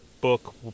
book